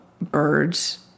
birds